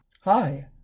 Hi